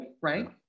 Right